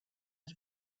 out